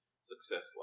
successful